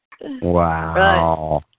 Wow